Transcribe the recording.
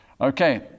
Okay